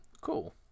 Cool